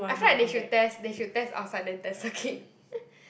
I feel like they should test they should test outside then test circuit